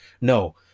no